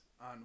on